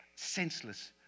senseless